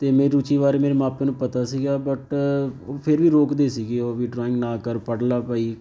ਅਤੇ ਮੇਰੀ ਰੁਚੀ ਬਾਰੇ ਮੇਰੇ ਮਾਪਿਆਂ ਨੂੰ ਪਤਾ ਸੀਗਾ ਬਟ ਫਿਰ ਵੀ ਰੋਕਦੇ ਸੀਗੇ ਉਹ ਵੀ ਡਰਾਇੰਗ ਨਾ ਕਰ ਪੜ੍ਹਲਾ ਭਈ